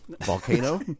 volcano